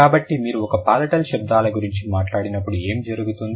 కాబట్టి మీరు ఒక పాలటల్ శబ్దాల గురించి మాట్లాడినప్పుడు ఏమి జరుగుతుంది